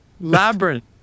Labyrinth